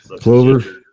Clover